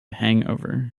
hangover